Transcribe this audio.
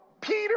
Peter